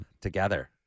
together